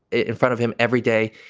in front of him every day.